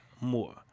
more